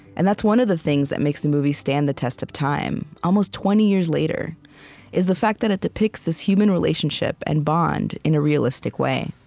and that's one of the things that makes the movie stand the test of time, almost twenty years later is the fact that it depicts this human relationship and bond in a realistic way